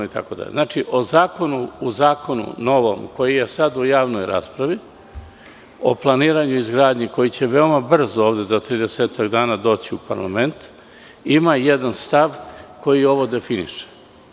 U novom zakonu koji je sada u javnoj raspravi o planiranju i izgradnji, koji će veoma brzo ovde za 30-ak dana doći u parlament, ima jedan stav koji ovo definiše.